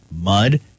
mud